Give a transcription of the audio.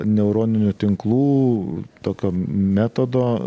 neuroninių tinklų tokio metodo